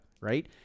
right